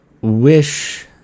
wish